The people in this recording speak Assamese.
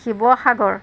শিৱসাগৰ